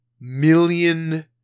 million